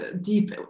Deep